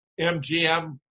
MGM